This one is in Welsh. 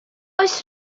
oes